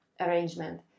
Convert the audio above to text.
arrangement